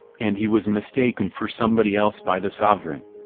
and he was mistaken for somebody else by the sovereign.